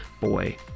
boy